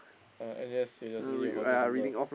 uh N_U_S seriously your hawker-centre